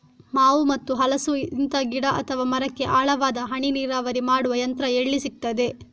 ಮಾವು ಮತ್ತು ಹಲಸು, ಇಂತ ಗಿಡ ಅಥವಾ ಮರಕ್ಕೆ ಆಳವಾದ ಹನಿ ನೀರಾವರಿ ಮಾಡುವ ಯಂತ್ರ ಎಲ್ಲಿ ಸಿಕ್ತದೆ?